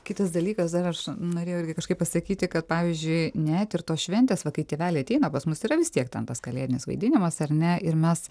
kitas dalykas dar aš norėjau irgi kažkaip pasakyti kad pavyzdžiui net ir tos šventės va kai tėveliai ateina pas mus yra vis tiek ten tas kalėdinis vaidinimas ar ne ir mes